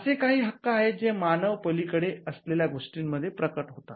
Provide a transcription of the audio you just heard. असेही काही हक्क आहेत जे मानव पलीकडे असलेल्या गोष्टींमध्ये प्रकट होतात